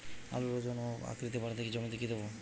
আলুর ওজন ও আকৃতি বাড়াতে জমিতে কি দেবো?